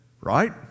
right